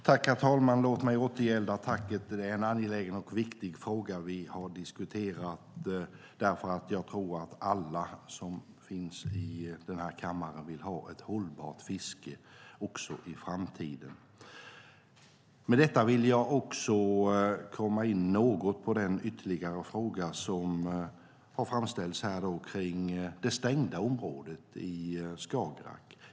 Herr talman! Låt mig återgälda tacket. Det är en angelägen och viktig fråga vi har diskuterat. Jag tror att alla som finns i den här kammaren vill ha ett hållbart fiske också i framtiden. Med detta vill jag komma in något på den ytterligare fråga som har framställts här kring det stängda området i Skagerrak.